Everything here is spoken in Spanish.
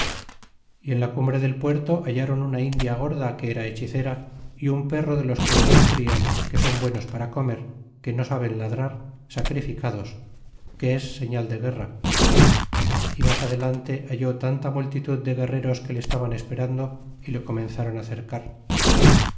y en la cumbre del puerto hallron una india gorda que era hechicera y un perro de los que ellos crian que son buenos para comer que no saben ladrar sacrificados que es serial de guerra y mas adelante halló tan ta multitud de guerreros que le estaban esperando y le comenzáron á cercar